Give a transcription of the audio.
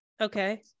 okay